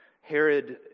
Herod